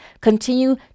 Continue